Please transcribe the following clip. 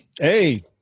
Hey